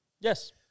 Yes